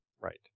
right